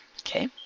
Okay